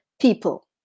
people